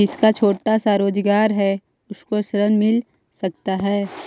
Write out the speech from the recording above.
जिसका छोटा सा रोजगार है उसको ऋण मिल सकता है?